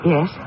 Yes